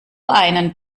einen